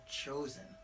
chosen